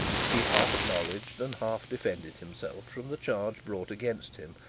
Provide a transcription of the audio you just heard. as he half acknowledged and half defended himself from the charge brought against him,